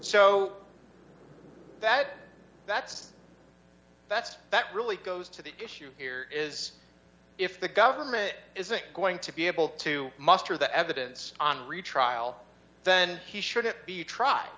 so that that's that's that really goes to the issue here is if the government isn't going to be able to muster the evidence on re trial then he should it be you try